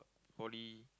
Poly